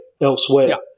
elsewhere